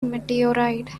meteorite